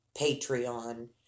Patreon